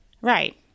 right